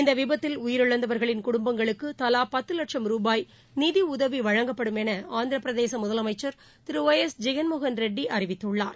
இந்தவிபத்தில் உயிரிழந்தவர்களின் குடும்பங்களுக்குதலாபத்துவட்சும் ரூபாய் நிதியுதவிவழங்கப்படும் எனஆந்திரப்பிரதேசமுதலமைச்சர் திருஒய் எஸ் ஜெகன்மோகன் ரெட்டிஅறிவித்துள்ளார்